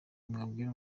mwabwira